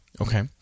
Okay